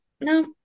no